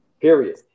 period